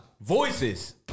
Voices